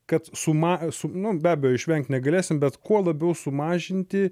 kad suma su nu be abejo išvengt negalėsime bet kuo labiau sumažinti